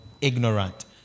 Ignorant